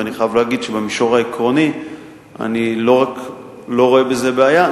ואני חייב להגיד שבמישור העקרוני אני לא רק לא רואה בזה בעיה,